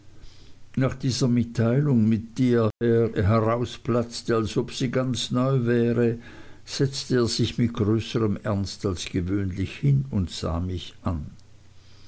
nach dieser mitteilung mit der er herausplatzte als ob sie ganz neu wäre setzte er sich mit größerm ernst als gewöhnlich hin und sah mich an